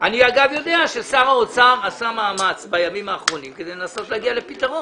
אני יודע ששר האוצר עשה מאמץ בימים האחרונים כדי לנסות להגיע לפתרון.